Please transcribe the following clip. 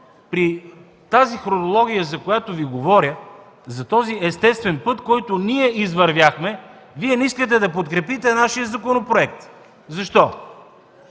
при тази хронология, за която Ви говоря, и естествения път, който извървяхме, не искате да подкрепите нашия законопроект? Защо?!